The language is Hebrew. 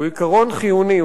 הוא עיקרון חיוני,